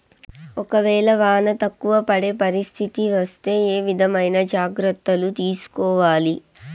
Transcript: ఒక వేళ వాన తక్కువ పడే పరిస్థితి వస్తే ఏ విధమైన జాగ్రత్తలు తీసుకోవాలి?